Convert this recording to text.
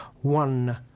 one